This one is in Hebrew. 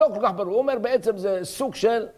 לא כל כך ברור, הוא אומר, בעצם זה סוג של